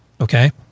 Okay